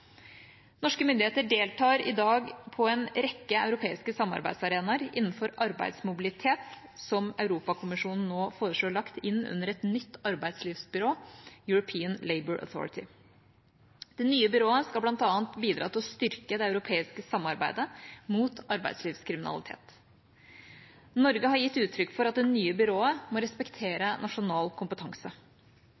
Norske myndigheter deltar i dag på en rekke europeiske samarbeidsarenaer innenfor arbeidsmobilitet som Europakommisjonen nå foreslår lagt inn under et nytt arbeidslivsbyrå, European Labour Authority. Det nye byrået skal bl.a. bidra til å styrke det europeiske samarbeidet mot arbeidslivskriminalitet. Norge har gitt uttrykk for at det nye byrået må respektere